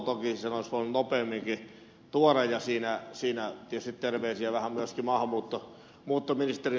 toki sen olisi voinut nopeamminkin tuoda siinä tietysti terveisiä vähän myöskin maahanmuuttoministerin suuntaan